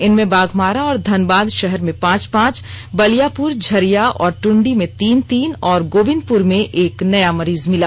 इनमें बाघमारा और धनबाद शहर में पांच पांच बलियापुर झरिया और टुंडी में तीन तीन और गोविंदपुर में एक नया मरीज मिला